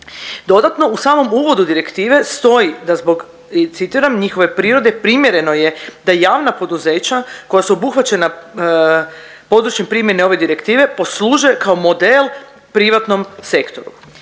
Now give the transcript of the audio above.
Dodatno, u samom uvodu direktive stoji da zbog i citiram, njihove prirode primjereno je da javna poduzeća koja su obuhvaćena područjem primjene ove direktive poslužuje kao model privatnom sektoru.